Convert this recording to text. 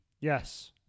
Yes